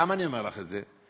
למה אני אומר לך את זה?